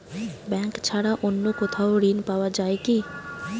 Bank ছাড়া অন্য কোথাও ঋণ পাওয়া যায় কি?